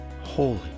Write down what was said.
holy